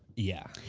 yeah.